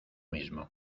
mismo